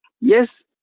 yes